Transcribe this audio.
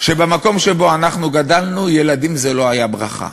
שבמקום שבו אנחנו גדלנו, ילדים זה לא היה ברכה.